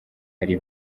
hari